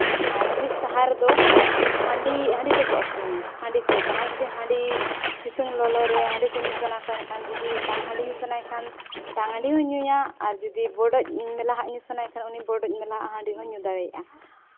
ᱟᱨ ᱢᱤᱫ ᱥᱟᱦᱟ ᱨᱮᱫᱚ ᱦᱟᱺᱰᱤ ᱦᱟᱺᱰᱤ ᱠᱚᱠᱚ ᱟᱹᱠᱷᱨᱤᱧᱟ ᱦᱟᱺᱰᱤ ᱠᱚ ᱡᱟᱦᱟᱸᱭ ᱡᱩᱫᱤ ᱦᱟᱺᱰᱤ ᱥᱤᱛᱩᱝ ᱞᱚᱞᱚ ᱨᱮ ᱦᱟᱺᱰᱤ ᱠᱚ ᱧᱩ ᱥᱟᱱᱟ ᱠᱚᱣᱟ ᱮᱱᱠᱷᱟᱱᱡᱩᱫᱤ ᱛᱟᱝ ᱦᱟᱺᱰᱤ ᱧᱩ ᱥᱟᱱᱟᱭᱮ ᱠᱷᱟᱱ ᱛᱟᱝ ᱦᱟᱺᱰᱤ ᱦᱚᱭ ᱧᱩᱭᱟ ᱟᱨ ᱡᱩᱫᱤ ᱵᱚᱰᱚᱡ ᱢᱮᱞᱟ ᱟᱜ ᱧᱩ ᱥᱟᱱᱟᱭᱮ ᱠᱷᱟᱱ ᱩᱱᱤ ᱵᱚᱰᱚᱡ ᱢᱮᱞᱟ ᱟᱜ ᱦᱟᱺᱰᱤ ᱦᱚᱸᱭ ᱧᱩ ᱫᱟᱲᱮᱭᱟᱜᱼᱟ